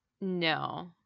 no